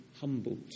humbled